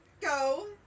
Go